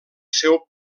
seu